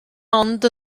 ond